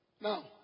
Now